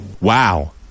Wow